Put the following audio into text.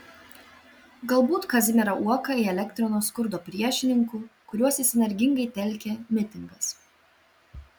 galbūt kazimierą uoką įelektrino skurdo priešininkų kuriuos jis energingai telkė mitingas